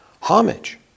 homage